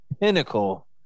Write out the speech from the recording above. pinnacle